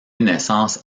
naissance